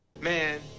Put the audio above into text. Man